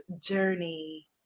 journey